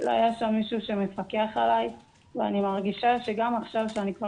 לא היה שם מישהו שמפקח עליי ואני מרגישה שגם עכשיו שאני כבר